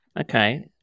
Okay